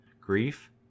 grief